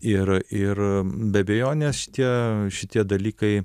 ir ir be abejonės šitie šitie dalykai